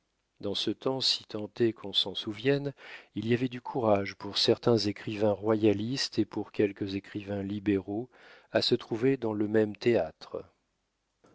dans ce temps si tant est qu'on s'en souvienne il y avait du courage pour certains écrivains royalistes et pour quelques écrivains libéraux à se trouver dans le même théâtre